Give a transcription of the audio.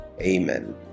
Amen